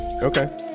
okay